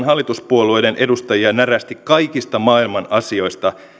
hallituspuolueiden edustajia närästi kaikista maailman asioista